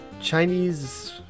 Chinese